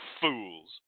fools